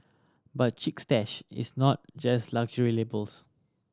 but Chic Stash is not just luxury labels